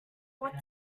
what